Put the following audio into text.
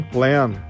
Plan